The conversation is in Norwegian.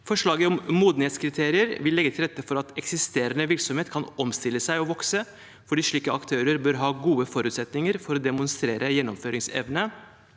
Forslaget om modenhetskriterier vil legge til rette for at eksisterende virksomhet kan omstille seg og vokse, fordi slike aktører bør ha gode forutsetninger for å demonstrere gjennomføringsevne